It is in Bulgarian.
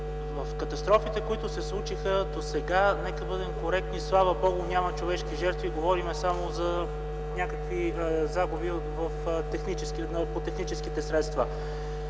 в катастрофите, които се случиха досега, нека бъдем коректни, слава, Богу, няма човешки жертви. Говорим само за някакви загуби по техническите средства.